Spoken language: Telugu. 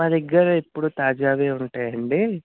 మా దగ్గర ఎప్పుడూ తాజావే ఉంటాయండి